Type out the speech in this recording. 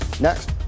next